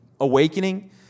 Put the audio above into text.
awakening